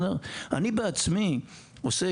אני בעצמי עוסק,